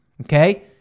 Okay